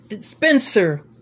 Spencer